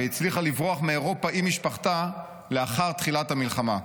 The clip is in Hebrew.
והצליחה לברוח מאירופה עם משפחתה לאחר תחילת המלחמה.